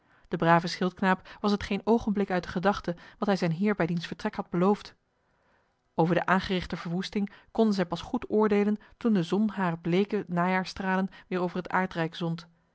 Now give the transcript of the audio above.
den braven schildknaap was het geen oogenblik uit de gedachte wat hij zijn heer bij diens vertrek had beloofd over de aangerichte verwoesting konden zij pas goed oordeelen toen de zon hare bleeke najaarsstralen weer over het aardrijk zond